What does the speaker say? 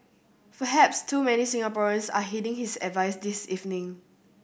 perhaps too many Singaporeans are heeding his advice this evening